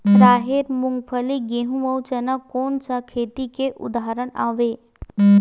राहेर, मूंगफली, गेहूं, अउ चना कोन सा खेती के उदाहरण आवे?